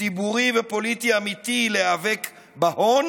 ציבורי ופוליטי אמיתי להיאבק בהון